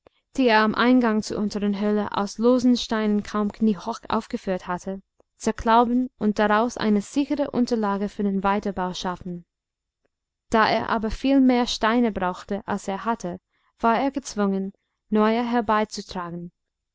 die er am eingang zur unteren höhle aus losen steinen kaum kniehoch aufgeführt hatte zerklauben und daraus eine sichere unterlage für den weiterbau schaffen da er aber viel mehr steine brauchte als er hatte war er gezwungen neue herbeizutragen